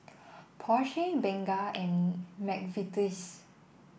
Porsche Bengay and McVitie's